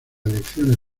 elecciones